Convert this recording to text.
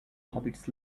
hobbits